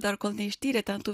dar kol neištyrė ten tų